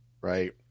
Right